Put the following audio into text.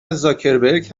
زاکبرک